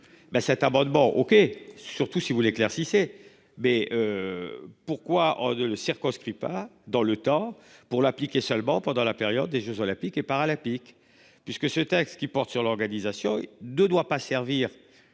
cet abonnement OK surtout si vous l'éclaircissent et mais. Pourquoi le circonscrit pas dans le temps. Pour l'appliquer seulement pendant la période des Jeux olympiques et paralympiques